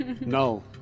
no